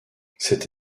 cet